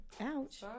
ouch